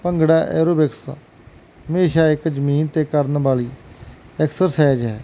bhangra aerobics ਹਮੇਸ਼ਾ ਇੱਕ ਜਮੀਨ ਤੇ ਕਰਨ ਵਾਲੀ ਐਕਸਰਸਾਈਜ਼ ਹੈ